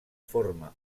forma